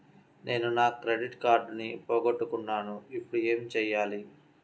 నేను నా క్రెడిట్ కార్డును పోగొట్టుకున్నాను ఇపుడు ఏం చేయాలి?